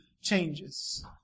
changes